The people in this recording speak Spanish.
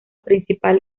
principal